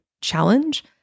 challenge